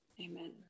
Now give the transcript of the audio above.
Amen